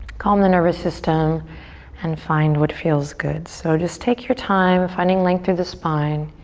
calm the nervous system and find what feels good. so just take your time finding length through the spine.